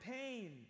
pain